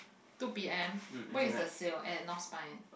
two P_M what is the sale at North Spine